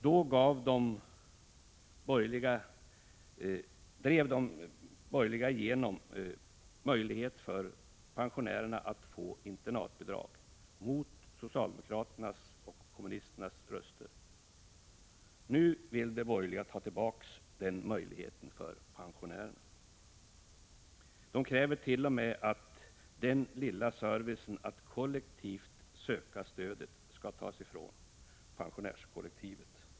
Då drev de borgerliga igenom möjligheten för pensionärerna att få internatbidrag mot socialdemokraternas och kommunisternas röster. Nu vill de borgerliga ta bort den här möjligheten för pensionärer. De kräver t.o.m. att den lilla möjligheten att kollektivt kunna söka stödet skall tas bort från pensionärskollektivet.